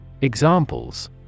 Examples